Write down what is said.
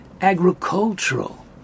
agricultural